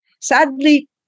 Sadly